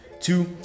Two